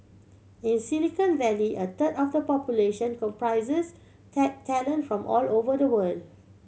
in Silicon Valley a third of the population comprises tech talent from all over the world